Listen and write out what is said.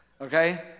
okay